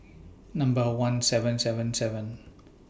Number one seven seven seven